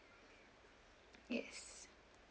yes